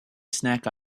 snack